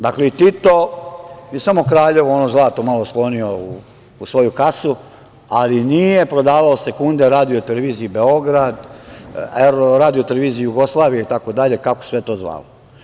Dakle, i Tito je samo u Kraljevo ono zlato malo sklonio u svoju kasu, ali nije prodavao sekunde Radio televiziji Beograd, Radio televiziji Jugoslavije itd, kako se to zvalo.